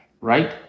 Right